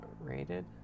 rated